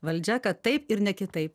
valdžia kad taip ir ne kitaip